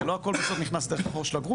הרי לא הכול נכנס בסוף דרך החור של הגרוש,